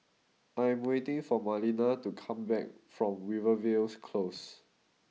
I am waiting for Marlena to come back from Rivervale Close